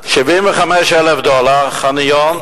75,000 דולר דירת חניון